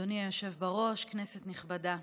אדוני היושב-ראש, כנסת נכבדה,